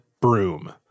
broom